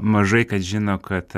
mažai kas žino kad